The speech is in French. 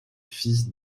fils